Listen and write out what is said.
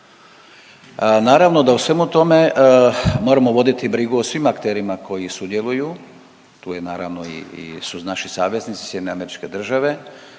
Naravno da u svemu tome moramo voditi brigu o svim akterima koji sudjeluju, tu je naravno i su naši saveznici, SAD, tu je i cijela